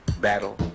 battle